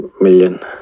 million